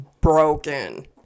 broken